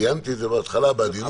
ציינתי את זה בהתחלה בעדינות.